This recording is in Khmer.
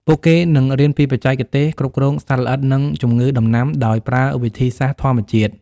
ពួកគេក៏នឹងរៀនពីបច្ចេកទេសគ្រប់គ្រងសត្វល្អិតនិងជំងឺដំណាំដោយប្រើវិធីសាស្ត្រធម្មជាតិ។